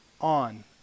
on